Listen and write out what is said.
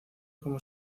como